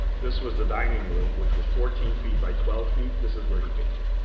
this was the dining room, which was fourteen feet by twelve feet. this is where he painted.